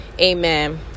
amen